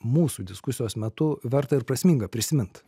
mūsų diskusijos metu verta ir prasminga prisimint